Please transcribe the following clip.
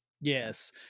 Yes